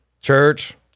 church